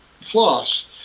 floss